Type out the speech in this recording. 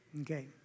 okay